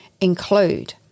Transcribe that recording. include